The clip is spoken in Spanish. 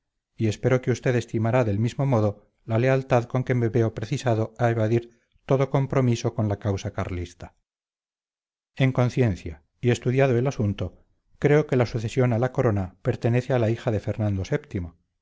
y espero que usted estimará del mismo modo la lealtad con que me veo precisado a evadir todo compromiso con la causa carlista en conciencia y estudiado el asunto creo que la sucesión a la corona pertenece a la hija de fernando